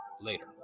Later